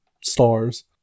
stars